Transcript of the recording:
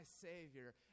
savior